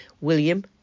William